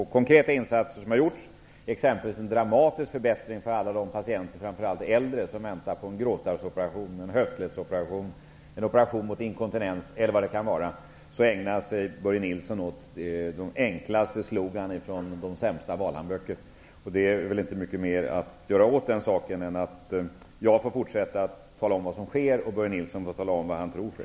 Herr talman! Jag tyckte att det senaste inlägget var möjligen litet långtgående gällande de konkreta insatser som nu har gjorts. Det är exempelvis fråga om en dramatisk förbättring för framför allt alla de äldre patienter som väntar på att opereras för grå starr, inkontinens eller dåliga höftleder, osv. Börje Nilsson ägnar sig åt enkla slogans från de sämsta valhandböckerna. Det är inte mycket jag kan göra åt saken, mer än att jag får fortsätta att tala om vad som sker och Börje Nilsson får tala om vad han tror sker.